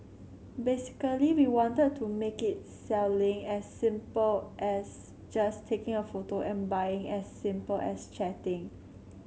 basically we wanted to make it selling as simple as just taking a photo and buying as simple as chatting